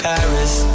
Paris